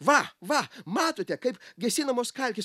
va va matote kaip gesinamos kalkės